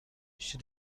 she